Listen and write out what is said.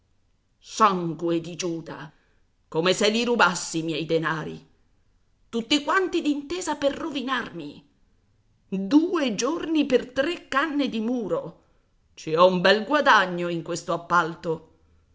sangue di giuda come se li rubassi i miei denari tutti quanti d'intesa per rovinarmi due giorni per tre canne di muro ci ho un bel guadagno in questo appalto